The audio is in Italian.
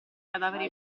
cadavere